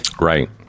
right